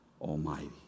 Almighty